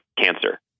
cancer